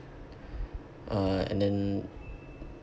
uh and then